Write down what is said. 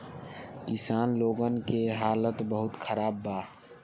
किसान लोगन के हालात बहुत खराब बा